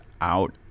out